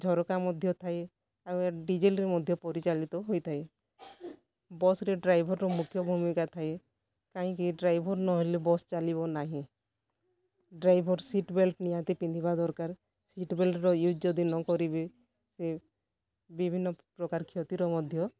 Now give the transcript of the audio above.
ଝରକା ମଧ୍ୟ ଥାଏ ଆଉ ଏହା ଡିଜେଲ୍ରେ ମଧ୍ୟ ପରିଚାଳିତ ହୋଇଥାଏ ବସ୍ରେ ଡ୍ରାଇଭର୍ର ମୁଖ୍ୟ ଭୂମିକା ଥାଏ କାହିଁକି ଡ୍ରାଇଭର୍ ନହେଲେ ବସ୍ ଚାଲିବ ନାହିଁ ଡ୍ରାଇଭର୍ ସିଟ୍ ବେଲ୍ଟ ନିହାତି ପିନ୍ଧିବା ଦରକାର ସିଟ୍ ବେଲ୍ଟର ୟୁଜ୍ ଯଦି ନ କରିବେ ତେବେ ବିଭିନ୍ନ ପ୍ରକାର କ୍ଷତିର ମଧ୍ୟ